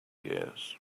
years